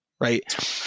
Right